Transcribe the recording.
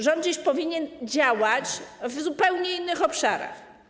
Rząd dziś powinien działać w zupełnie innych obszarach.